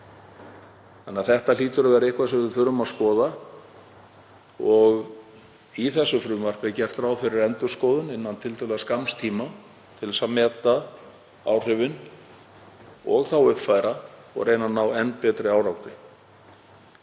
þannig að þetta hlýtur að vera eitthvað sem við þurfum að skoða. Í þessu frumvarpi er gert ráð fyrir endurskoðun innan tiltölulega skamms tíma til þess að meta áhrifin og þá uppfæra og reyna að ná enn betri árangri.